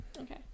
Okay